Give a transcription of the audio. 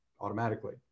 automatically